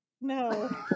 No